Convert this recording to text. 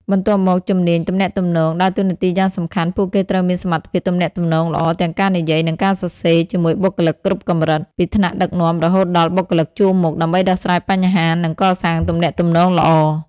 បន្ទាប់មក ជំនាញទំនាក់ទំនង ដើរតួនាទីយ៉ាងសំខាន់ ពួកគេត្រូវមានសមត្ថភាពទំនាក់ទំនងល្អ ទាំងការនិយាយ និងការសរសេរ ជាមួយបុគ្គលិកគ្រប់កម្រិត ពីថ្នាក់ដឹកនាំរហូតដល់បុគ្គលិកជួរមុខ ដើម្បីដោះស្រាយបញ្ហា និងកសាងទំនាក់ទំនងល្អ។